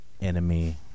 Enemy